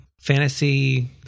fantasy